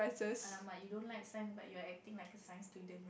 !alamak! you don't like science but you are acting like a science student